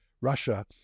Russia